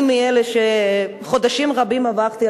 אני מאלה שחודשים רבים עברתי,